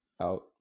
Out